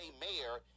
mayor